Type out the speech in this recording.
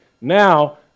now